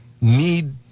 need